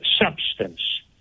substance